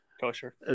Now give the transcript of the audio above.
kosher